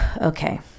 Okay